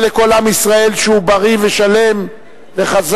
לכל עם ישראל שהוא בריא ושלם וחזק.